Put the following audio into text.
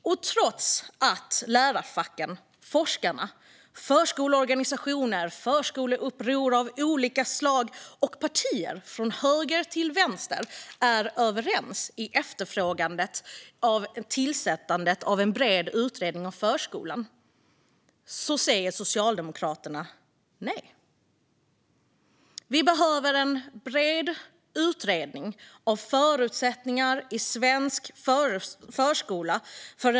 Och trots att lärarfacken, forskarna, förskoleorganisationer, förskoleuppror av olika slag och partier från höger till vänster är överens och efterfrågar en bred utredning av förskolan säger Socialdemokraterna nej. För en likvärdig utbildning behöver vi en bred utredning av förutsättningar i svensk förskola.